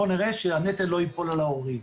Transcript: בואו נראה שהנטל לא ייפול על ההורים.